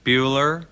Bueller